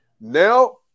now